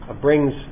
brings